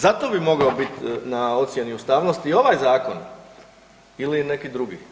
Zato bi mogao biti na ocjeni ustavnosti i ovaj zakon ili neki drugi.